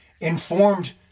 informed